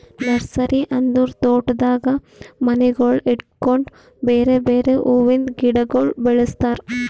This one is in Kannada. ನರ್ಸರಿ ಅಂದುರ್ ತೋಟದಾಗ್ ಮನಿಗೊಳ್ದಾಗ್ ಇಡ್ಲುಕ್ ಬೇರೆ ಬೇರೆ ಹುವಿಂದ್ ಗಿಡಗೊಳ್ ಬೆಳುಸ್ತಾರ್